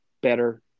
better